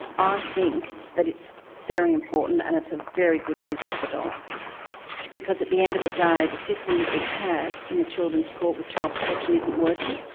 i think that it's very important and it's a very good use of the dollar because at the end of the day the system that we have in the children's court with child protection isn't working.